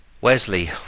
wesley